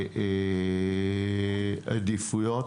העדיפויות.